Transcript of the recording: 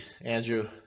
Andrew